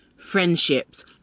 friendships